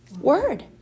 word